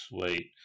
Sweet